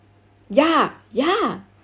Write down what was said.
ya ya